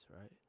right